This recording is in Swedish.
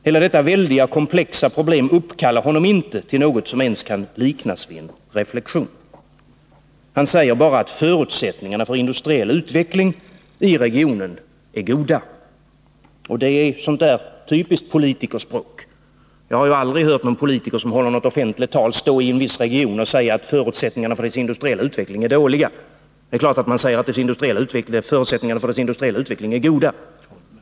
Hela detta väldiga komplex av problem uppkallar honom inte till något som ens kan liknas vid en reflexion. Han säger bara att förutsättningarna för industriell utveckling i regionen är goda. Och det är sådant där typiskt politikerspråk. Jag har ju aldrig hört någon politiker i ett offentligt tal stå i en viss region och säga att förutsättningarna för dess industriella utveckling är dåliga. Det är klart att man säger att förutsättningarna för regionens industriella utveckling är goda.